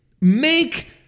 make